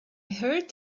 heard